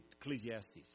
Ecclesiastes